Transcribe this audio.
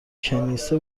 کنیسه